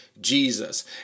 Jesus